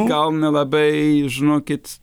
gal nelabai žinokit